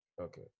Okay